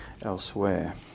elsewhere